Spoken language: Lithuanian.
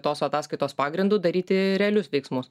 tos ataskaitos pagrindu daryti realius veiksmus